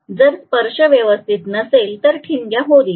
जर स्पर्श व्यवस्थित नसेल तर ठिणग्या होईल